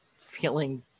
feeling